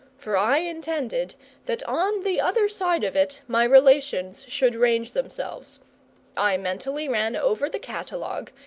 for i intended that on the other side of it my relations should range themselves i mentally ran over the catalogue,